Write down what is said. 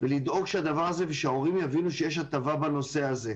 ולדאוג שההורים יבינו שיש הטבה בנושא הזה.